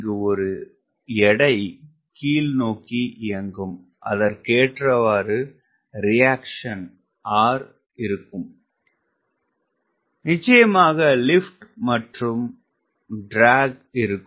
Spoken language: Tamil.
இங்கு ஒரு எடை கீழ் நோக்கி இயங்கும் அதற்கேற்றவாறு ரியாக்ஸன் இருக்கும் நிச்சயமாக லிப்ட் மற்றும் இழுவை இருக்கும்